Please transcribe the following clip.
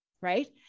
right